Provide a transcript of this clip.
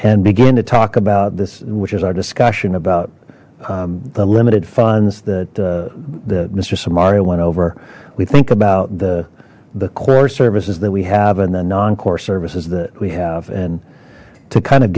and begin to talk about this which is our discussion about the limited funds that the mister samara went over we think about the the core services that we have and the non core services that we have and to kind of